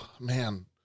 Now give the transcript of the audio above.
man